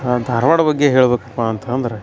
ಧಾರ್ವಾಡ ಬಗ್ಗೆ ಹೇಳಬೇಕಪ್ಪ ಅಂತಂದರೆ